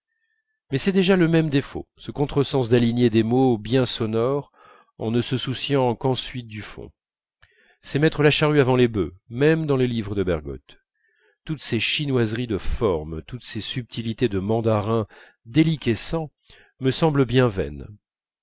mais c'est déjà le même défaut ce contre-sens d'aligner des mots bien sonores en ne se souciant qu'ensuite du fond c'est mettre la charrue avant les bœufs même dans les livres de bergotte toutes ces chinoiseries de forme toutes ces subtilités de mandarin déliquescent me semblent bien vaines